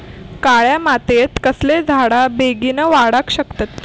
काळ्या मातयेत कसले झाडा बेगीन वाडाक शकतत?